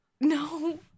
no